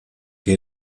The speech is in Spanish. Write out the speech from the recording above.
que